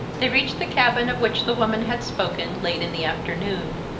they reached the cabin of which the woman had spoken, late in the afternoon.